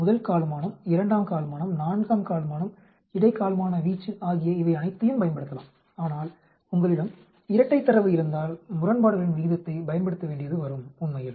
முதல் கால்மானம் இரண்டாம் கால்மானம் நான்காம் கால்மானம் இடைக்கால்மான வீச்சு ஆகிய இவை அனைத்தையும் பயன்படுத்தலாம் ஆனால் உங்களிடம் இரட்டை தரவு இருந்தால் முரண்பாடுகளின் விகிதத்தை பயன்படுத்த வேண்டியது வரும் உண்மையில்